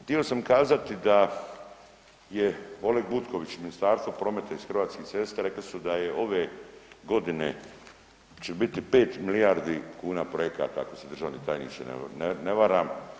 Htio sam kazati da je Oleg Butković, Ministarstvo prometa, iz Hrvatskih cesta rekli su da je ove godine će biti 5 milijardi kuna projekata ako se državni tajniče ne varam.